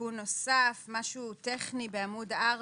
לתיקון נוסף של משהו טכני בעמוד 4,